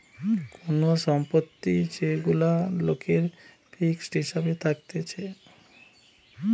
কোন সম্পত্তি যেগুলা লোকের ফিক্সড হিসাবে থাকতিছে